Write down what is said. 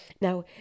Now